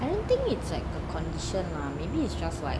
I don't think it's like a condition lah maybe it's just like